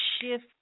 shift